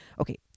Okay